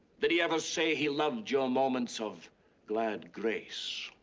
did he ever say he loved your moments of glad grace?